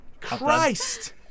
Christ